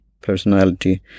personality